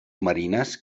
marines